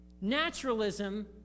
Naturalism